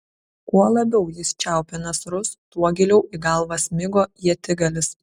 kuo labiau jis čiaupė nasrus tuo giliau į galvą smigo ietigalis